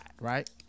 right